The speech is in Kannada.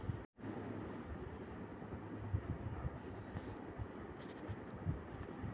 ಪ್ರಾಚೀನ ಕಾಲದಲ್ಲಿ ಗದ್ದೆಯನ್ನು ಉಳುಮೆ ಮಾಡಲು ಯಾವ ಸಾಧನಗಳನ್ನು ಬಳಸುತ್ತಿದ್ದರು?